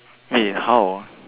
wait how